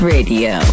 Radio